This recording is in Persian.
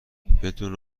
بدون